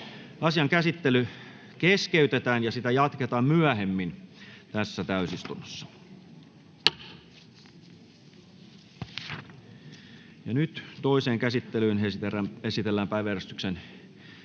Asian käsittely keskeytetään, ja sitä jatketaan myöhemmin tässä täysistunnossa. Nyt jatketaan aiemmin tässä